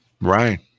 Right